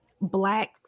Black